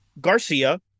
Garcia